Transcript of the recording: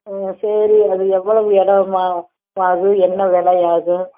ம் சரி அது எவ்வளவு இடமா ஆகும் என்ன விலையாகும்